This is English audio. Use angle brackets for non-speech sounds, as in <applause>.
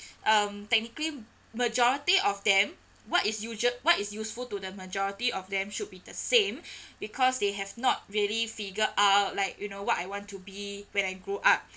um technically majority of them what is usual what is useful to the majority of them should be the same <breath> because they have not really figure out like you know what I want to be when I grow up